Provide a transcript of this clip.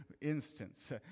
instance